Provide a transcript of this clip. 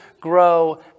grow